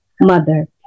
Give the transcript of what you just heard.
mother